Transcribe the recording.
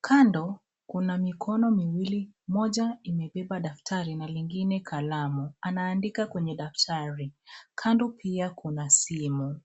Kando kuna mikono miwili, moja imebeba daftari na lingine kalamu .Anaandika kwenye daftari. Kando pia kuna simu.